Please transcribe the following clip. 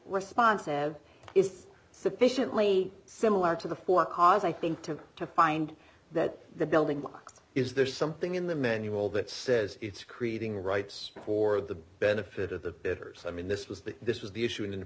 responsive is sufficiently similar to the for cause i think to to find that the building blocks is there's something in the manual that says it's creating rights for the benefit of the bitters i mean this was the this was the issue in